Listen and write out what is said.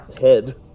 head